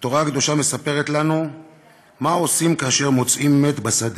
התורה הקדושה מספרת לנו מה עושים כאשר מוצאים מת בשדה.